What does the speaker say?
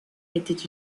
était